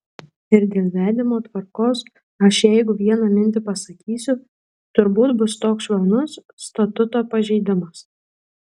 ir dėl vedimo tvarkos aš jeigu vieną mintį pasakysiu turbūt bus toks švelnus statuto pažeidimas